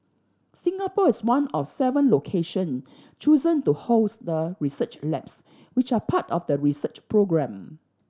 Singapore is one of seven location chosen to host the research labs which are part of the research programme